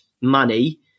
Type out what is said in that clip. money